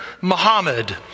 Muhammad